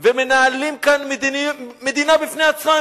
ומנהלים כאן מדינה בפני עצמה,